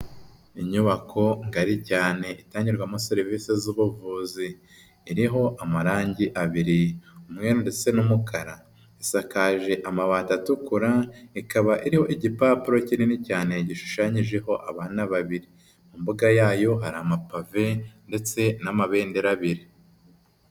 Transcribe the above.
Inyubako ngari cyane itangirwamo serivise z'ubuvuzi, iriho amarangi abiri umwenda n'umukara, isakaje amabati atukura, ikaba iriho igipapuro kinini cyane gishushanyijeho abana babiri, mu mbuga yayo hari amapave ndetse n'amabendera abiri.